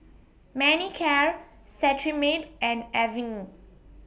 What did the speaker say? Manicare Cetrimide and Avene